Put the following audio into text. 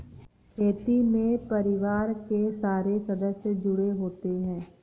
खेती में परिवार के सारे सदस्य जुड़े होते है